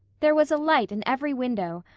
there was a light in every window,